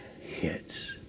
hits